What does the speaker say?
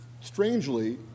Strangely